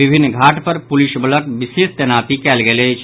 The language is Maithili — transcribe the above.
विभिन्न घाट पर पुलिस बलक विशेष तैनाती कयल गेल अछि